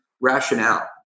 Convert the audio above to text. rationale